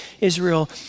Israel